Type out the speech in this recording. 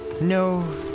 No